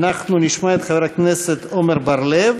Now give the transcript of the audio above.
אנחנו נשמע את חבר הכנסת עמר בר-לב.